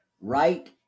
right